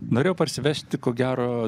norėjau parsivežti ko gero